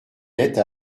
dette